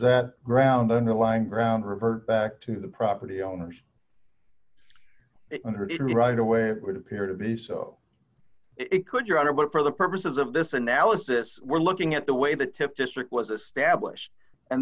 that ground underlying ground revert back to the property owners under in right away it would appear to be so it could your honor but for the purposes of this analysis we're looking at the way the tip district was established and